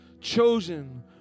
chosen